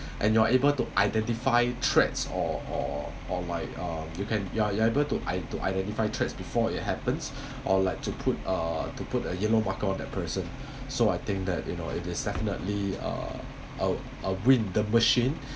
and you're able to identify threats or or or like uh you can you're able to i~ to identify threats before it happens or like to put uh to put a yellow marker on that person so I think that you know it is definitely uh a win the machine